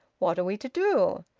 what are we to do?